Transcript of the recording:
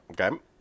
Okay